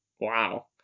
Wow